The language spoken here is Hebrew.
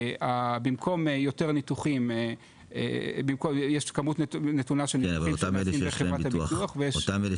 במקום שיש כמות נתונה של ניתוחים --- כן אבל אותם אלה